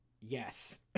yes